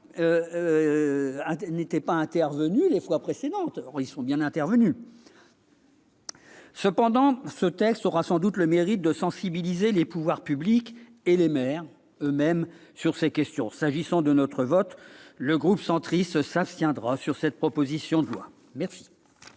n'étaient pas intervenus les fois précédentes ! Cependant, ce texte aura sans doute le mérite de sensibiliser les pouvoirs publics et les maires sur ces questions. S'agissant de notre vote, le groupe Union Centriste s'abstiendra sur cette proposition de loi. La